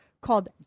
called